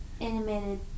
animated